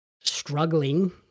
struggling